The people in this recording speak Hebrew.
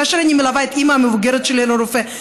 כאשר אני מלווה את אימא המבוגרת שלי לרופא,